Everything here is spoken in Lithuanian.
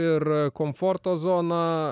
ir komforto zoną